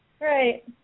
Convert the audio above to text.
Right